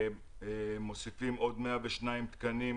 מוסיפים עוד 102 תקנים